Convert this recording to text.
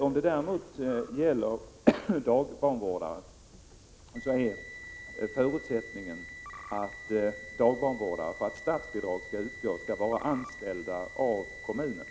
Om det däremot gäller dagbarnvårdare är förutsättningen för att statsbidrag skall kunna utgå att de är anställda av kommunen.